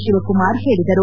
ಶಿವಕುಮಾರ್ ಹೇಳಿದರು